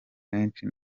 kenshi